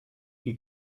qui